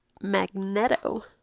Magneto